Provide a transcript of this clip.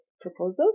proposal